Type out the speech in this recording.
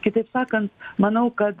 kitaip sakant manau kad